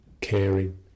caring